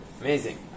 Amazing